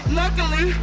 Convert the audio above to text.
luckily